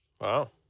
Wow